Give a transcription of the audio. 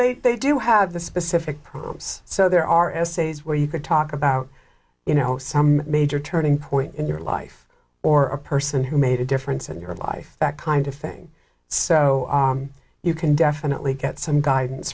they they do have the specific problems so there are essays where you could talk about you know some major turning point in your life or a person who made a difference in your life that kind of thing so you can definitely get some guidance